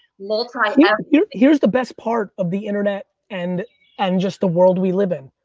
multi-everything. here's the best part of the internet and and just the world we live in.